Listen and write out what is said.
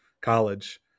college